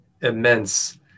immense